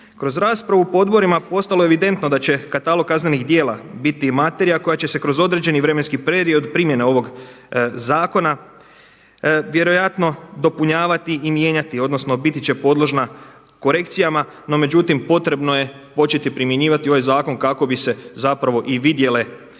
Kroz raspravu po odborima postalo je evidentno da će katalog kaznenih djela biti materija koja će se kroz određeni vremenski period primjene ovog zakona vjerojatno dopunjavati i mijenjati odnosno biti će podložna korekcijama, no međutim potrebno je početi primjenjivati ovaj zakon kako bi se i vidjele